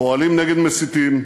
פועלים נגד מסיתים,